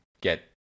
get